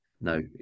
No